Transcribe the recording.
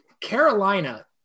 Carolina